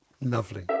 lovely